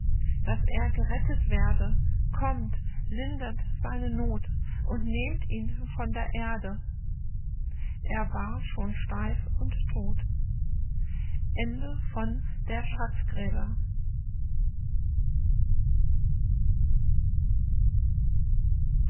daß er gerettet werde kommt lindert seine noth und nehmt ihn von der erde er war schon steif und todt